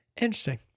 Interesting